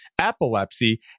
epilepsy